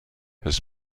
his